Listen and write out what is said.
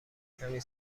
کمی